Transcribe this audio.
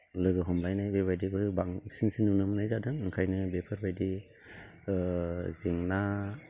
लोगो हमलायनाय बेबायदिबो बांसिनसो नुनो मोननाय जादों ओंखायनो बेफोरबायदि जेंना